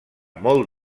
molt